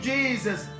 Jesus